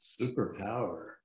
Superpower